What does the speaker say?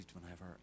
whenever